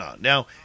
Now